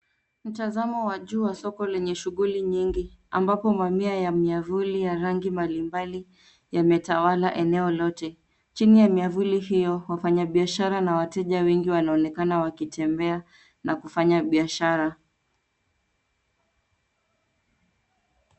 Mtazamo wa juu wa soko lenye shughuli nyingi ambapo mamia ya miavuli ya rangi mbalimbali yametawala eneo lote. Chini ya miavuli hiyo, wafanya biashara na wateja wengi wanaonekana wakitembea na kufanya biashara.